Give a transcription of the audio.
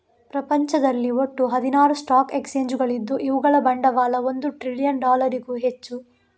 ಪ್ರಪಂಚದಲ್ಲಿ ಒಟ್ಟು ಹದಿನಾರು ಸ್ಟಾಕ್ ಎಕ್ಸ್ಚೇಂಜುಗಳಿದ್ದು ಇವುಗಳ ಬಂಡವಾಳ ಒಂದು ಟ್ರಿಲಿಯನ್ ಡಾಲರಿಗೂ ಹೆಚ್ಚು